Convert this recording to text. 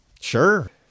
Sure